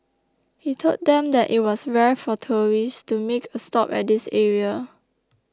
he told them that it was rare for tourists to make a stop at this area